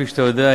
כפי שאתה יודע,